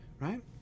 Right